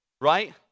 right